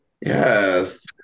Yes